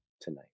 Tonight